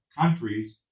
countries